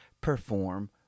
perform